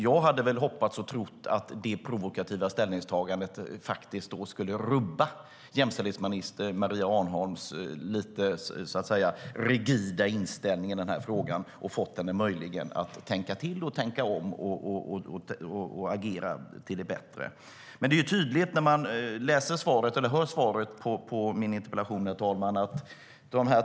Jag hade väl hoppats och trott att detta provokativa ställningstagande skulle rubba jämställdhetsminister Maria Arnholms lite rigida inställning i den här frågan och möjligen fått henne att tänka till, tänka om och agera till det bättre. Jag ställde två frågor i min interpellation, herr talman.